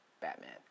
batman